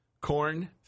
Corn